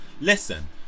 Listen